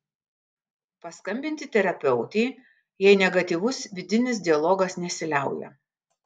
paskambinti terapeutei jei negatyvus vidinis dialogas nesiliauja